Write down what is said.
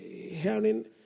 hearing